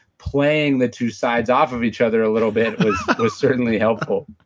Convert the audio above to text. playing the two sides off of each other a little bit was certainly helpful